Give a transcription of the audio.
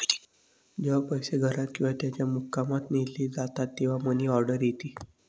जेव्हा पैसे घरात किंवा त्याच्या मुक्कामात नेले जातात तेव्हा मनी ऑर्डर येते